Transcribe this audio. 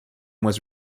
was